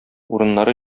урыннары